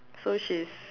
so she's